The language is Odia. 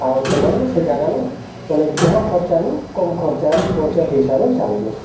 ଆଉ ସେମାନେ ସେ ଜାଗାନୁ ମାନେ ଯାହା ଖର୍ଚ୍ଚାନୁ କମ୍ ଖର୍ଚ୍ଚା ବଚତ୍ ହିସାବେ ଚାଲ୍ନୁ